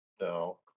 No